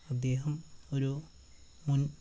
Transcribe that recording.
അദ്ദേഹം ഒരു മുൻ